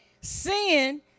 Sin